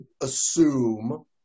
assume